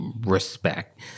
respect